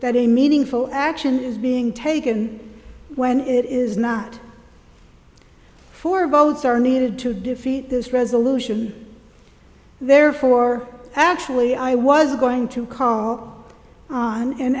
a meaningful action is being taken when it is not four votes are needed to defeat this resolution therefore actually i was going to call on and